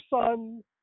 son